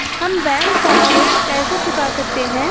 हम बैंक का ऋण कैसे चुका सकते हैं?